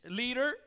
leader